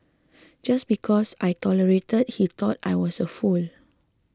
just because I tolerated he thought I was a fool